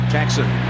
Jackson